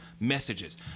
messages